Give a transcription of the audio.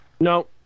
No